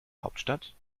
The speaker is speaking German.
hauptstadt